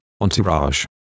entourage